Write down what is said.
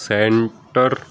centre